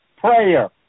Prayer